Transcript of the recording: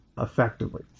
effectively